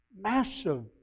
massive